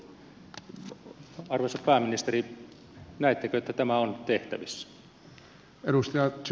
arvoisa pääministeri näettekö että tämä on tehtävissä